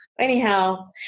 Anyhow